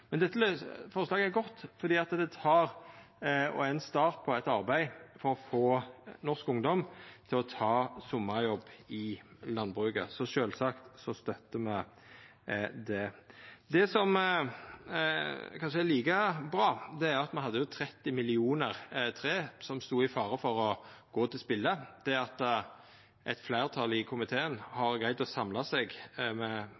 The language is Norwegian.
Dette forslaget er godt fordi det er ein start på eit arbeid for å få norsk ungdom til å ta sommarjobb i landbruket. Så sjølvsagt støttar me det. Det som kanskje er like bra, er at me hadde 30 millionar tre som stod i fare for å gå til spille. Eit fleirtal i komiteen har greidd å samla seg, Arbeidarpartiet, SV, Senterpartiet og Framstegspartiet, om å seia at me skal ha